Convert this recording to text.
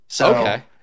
Okay